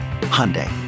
Hyundai